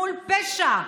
מול פשע,